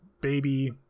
baby